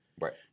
Right